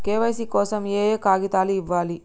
KYC కోసం ఏయే కాగితాలు ఇవ్వాలి?